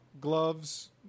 gloves